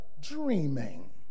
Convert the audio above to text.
dreaming